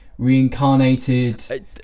reincarnated